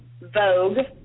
Vogue